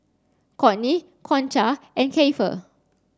Cortney Concha and Keifer